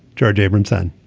george abramson